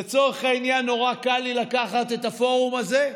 לצורך העניין, נורא קל לי לקחת את הפורום הזה.